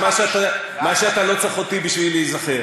את מה שאתה לא צריך אותי בשביל להיזכר,